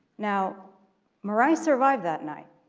now mari survived that night,